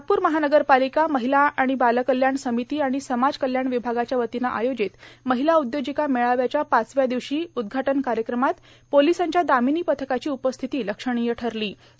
नागपूर महानगरपाालका र्माहला आर्मण बालकल्याण र्सामती आर्मण समाज कल्याण र्वभागाच्या वतीनं आयोजित र्माहला उद्योजिका मेळाव्याच्या पाचव्या र्दिवशी उद्घाटन कायक्रमात पोोलसांच्या दार्ामनी पथकाची उपस्थिती लक्षणीय ठरलां